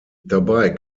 dabei